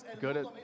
good